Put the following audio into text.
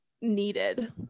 needed